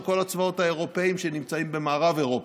כל הצבאות האירופיים שנמצאים במערב אירופה.